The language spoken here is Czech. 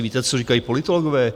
Víte, co říkají politologové?